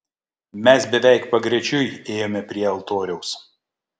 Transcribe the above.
mes beveik pagrečiui ėjome prie altoriaus